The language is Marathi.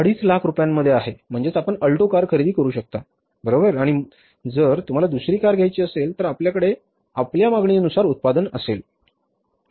5 लाख रुपयांमध्ये आहे म्हणजेच आपण आल्टो कार खरेदी करू शकता बरोबर आणि जर तुम्हाला दुसरी कार घ्यायची असेल तर आपल्याकडे आपल्या मागणीनुसार उत्पादन असेल